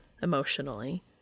emotionally